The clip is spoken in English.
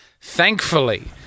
thankfully